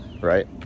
right